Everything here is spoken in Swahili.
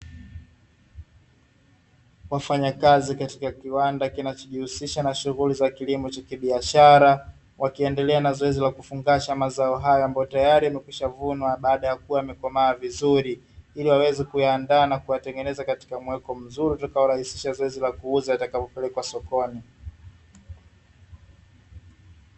Wafanyakazi katika kiwanda kinachojihusisha na shughuli za kilimo cha biashara wakiendelea na zoezi la kufungasha mazao haya ambayo tayari yamekwishavunwa baada ya kuwa yamekomaa vizuri, ili waweze kuyaandaa na kuyatengeneza katika muonekano mzuri utakaorahisisha zoezi la kuuza yatakapopelekwa sokoni.